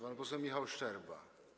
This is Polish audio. Pan poseł Michał Szczerba.